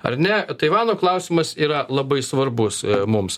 ar ne taivano klausimas yra labai svarbus mums